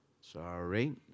Sorry